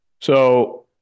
So-